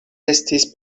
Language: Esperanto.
estis